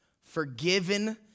Forgiven